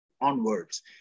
onwards